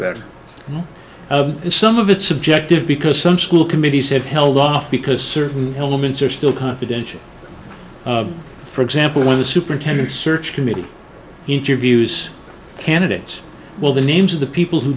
better in some of its objective because some school committee said held off because certain elements are still confidential for example when the superintendent search committee interviews candidates will the names of the people who